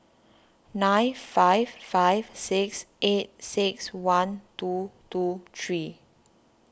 nine five five six eight six one two two three